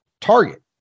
Target